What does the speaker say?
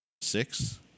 Six